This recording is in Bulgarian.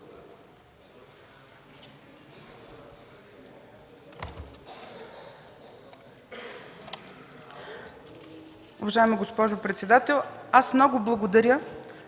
Уважаема госпожо председател, аз много благодаря